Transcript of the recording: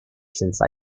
since